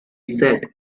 said